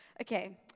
Okay